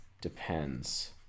depends